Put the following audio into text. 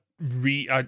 re